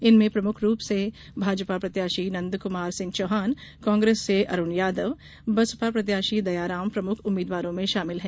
इनमें प्रमुख रूप से भाजपा प्रत्याशी नंदक्मार सिंह चौहान कांग्रेस से अरूण यादव बसपा प्रत्याशी दयाराम प्रमुख उम्मीदवारों में शामिल है